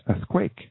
earthquake